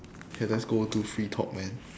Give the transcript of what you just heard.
okay let's go to free talk man